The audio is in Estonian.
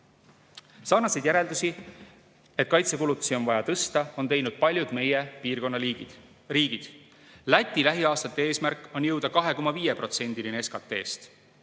järeldusi, et kaitsekulutusi on vaja tõsta, on teinud paljud meie piirkonna riigid. Läti lähiaastate eesmärk on jõuda 2,5%-ni SKT-st